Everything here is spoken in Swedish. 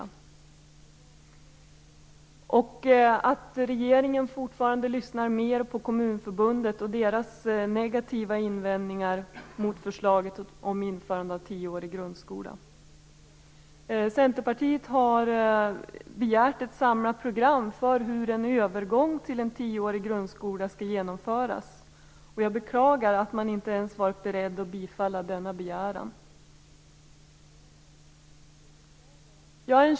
Jag har också svårt att förstå att regeringen fortfarande lyssnar mer på Kommunförbundet och dess negativa invändningar mot förslaget om införandet av tioårig grundskola. Centerpartiet har begärt ett samlat program för hur en övergång till en tioårig grundskola skall genomföras. Jag beklagar att man inte ens varit beredd att bifalla denna begäran.